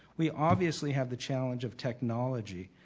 we obviously have the challenge of technology.